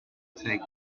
take